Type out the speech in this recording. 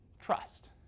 trust